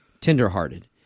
tender-hearted